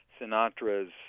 Sinatra's